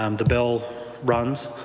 um the bill runs.